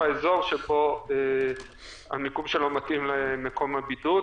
שבו המיקום שלו מתאים למקום הבידוד.